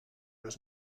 was